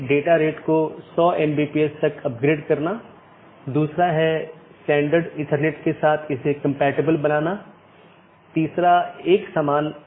यहां R4 एक स्रोत है और गंतव्य नेटवर्क N1 है इसके आलावा AS3 AS2 और AS1 है और फिर अगला राउटर 3 है